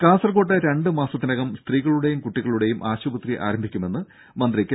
രും കാസർകോട്ട് രണ്ട് മാസത്തിനകം സ്ത്രീകളുടേയും കുട്ടികളുടേയും ആശുപത്രി ആരംഭിക്കുമെന്ന് മന്ത്രി കെ